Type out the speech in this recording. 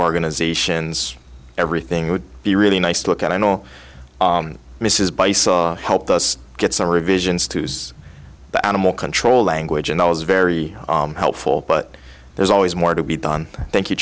organizations everything would be really nice to look at i know mrs buy saw helped us get some revisions to use the animal control language and i was very helpful but there's always more to be done thank you